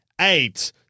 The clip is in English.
eight